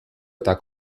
eta